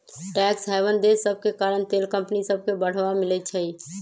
tax haven देश सभके कारण तेल कंपनि सभके बढ़वा मिलइ छै